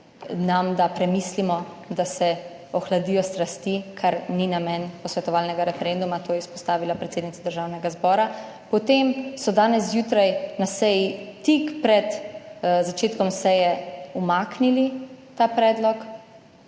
nam, da premislimo, da se ohladijo strasti, kar ni namen posvetovalnega referenduma, to je izpostavila predsednica Državnega zbora. Potem so danes zjutraj na seji, tik pred začetkom seje, umaknili ta predlog,